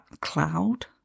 cloud